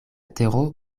tero